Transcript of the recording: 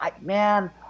man